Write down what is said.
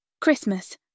Christmas